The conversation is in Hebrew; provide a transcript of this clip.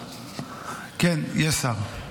כן, יש שר.